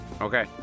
Okay